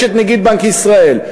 יש נגיד בנק ישראל,